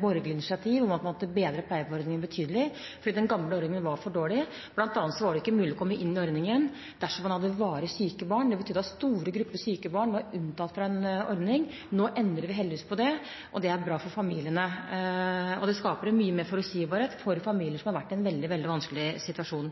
borgerlig initiativ til at man skulle bedre pleiepengeordningen betydelig, fordi den gamle ordningen var for dårlig. Blant annet var det ikke mulig å komme inn i ordningen dersom man hadde varig syke barn. Det betydde at store grupper syke barn var unntatt fra en ordning. Nå endrer vi heldigvis på det, og det er bra for familiene. Det skaper mye mer forutsigbarhet for familier som har vært i en veldig, veldig vanskelig situasjon.